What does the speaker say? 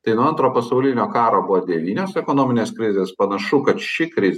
tai nuo antro pasaulinio karo buvo devynios ekonominės krizės panašu kad ši krizė